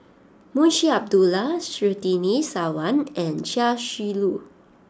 Munshi Abdullah Surtini Sarwan and Chia Shi Lu